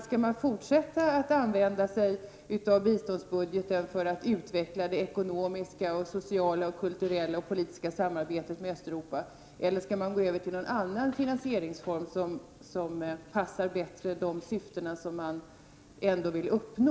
Skall man fortsätta att använda biståndsbudgeten för att utveckla det ekonomiska, sociala, kulturella och politiska samarbetet med Östeuropa, eller skall man gå över till någon annan finansieringsform som bättre passar de syften som man ändå vill uppnå?